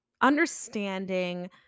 understanding